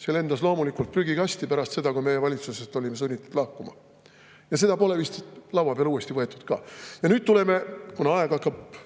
See lendas loomulikult prügikasti pärast seda, kui meie olime sunnitud valitsusest lahkuma, ja seda pole vist uuesti laua peale võetud ka. Nüüd tuleme, kuna aeg hakkab